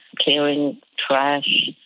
clearing trash,